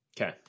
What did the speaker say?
Okay